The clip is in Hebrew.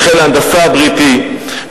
של חיל ההנדסה הבריטי,